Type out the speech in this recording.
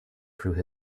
through